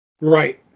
Right